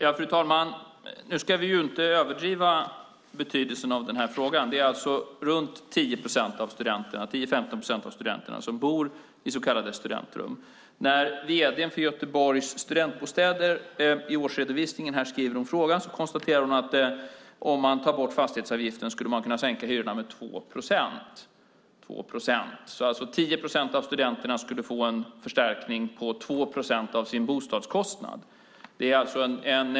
Fru talman! Nu ska vi inte överdriva betydelsen av den här frågan. Det är alltså 10-15 procent av studenterna som bor i så kallade studentrum. I årsredovisningen konstaterar vd:n för Göteborgs Studentbostäder att om man tog bort fastighetsavgiften skulle man kunna sänka hyrorna med 2 procent. 10 procent av studenterna skulle alltså få en förstärkning på 2 procent av sin bostadskostnad.